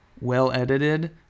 well-edited